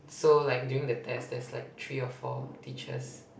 so like during the test there's like three or four teachers